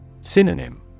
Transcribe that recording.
Synonym